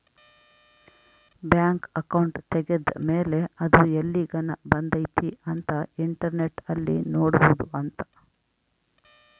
bank account ತೆಗೆದ್ದ ಮೇಲೆ ಅದು ಎಲ್ಲಿಗನ ಬಂದೈತಿ ಅಂತ ಇಂಟರ್ನೆಟ್ ಅಲ್ಲಿ ನೋಡ್ಬೊದು ಅಂತ